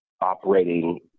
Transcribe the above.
operating